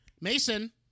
mason